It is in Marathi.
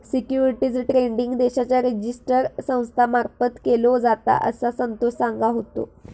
सिक्युरिटीज ट्रेडिंग देशाच्या रिजिस्टर संस्था मार्फत केलो जाता, असा संतोष सांगा होतो